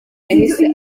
yahise